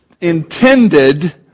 intended